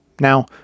Now